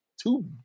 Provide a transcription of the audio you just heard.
two